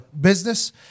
business